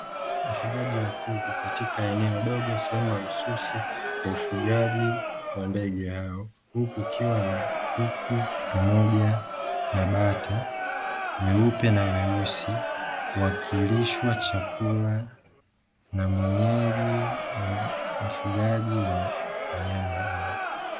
Wafugaji wa kuku katika eneo dogo sehemu mahususi ya ufugaji wa ndege hao, huku kukiwa na kuku pamoja na bata weupe na weusi wakilishwa chakula na mwenyeji mfugaji wa wanyama hawa.